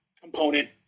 component